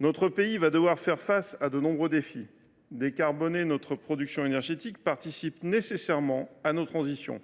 Notre pays va devoir faire face à de nombreux défis. Décarboner notre production énergétique participe par définition